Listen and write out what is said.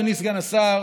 אדוני סגן השר,